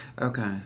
Okay